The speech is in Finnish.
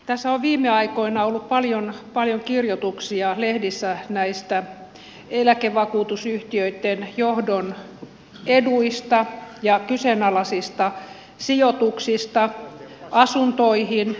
tässä on viime aikoina ollut paljon kirjoituksia lehdissä näistä eläkevakuutusyhtiöitten johdon eduista ja kyseenalaisista sijoituksista asuntoihin